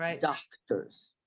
doctors